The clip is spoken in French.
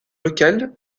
locale